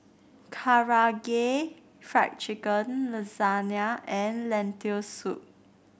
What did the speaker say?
Karaage Fried Chicken Lasagne and Lentil Soup